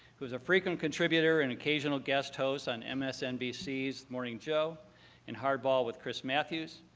who's a frequent contributor and occasional guest host on msnbc's morning joe and hardball with chris matthews.